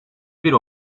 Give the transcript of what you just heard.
bir